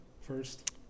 first